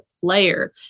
player